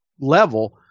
level